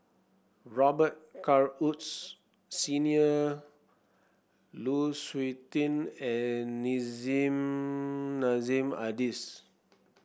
Robet Carr Woods Senior Lu Suitin and Nissim Nassim Adis